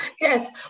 Yes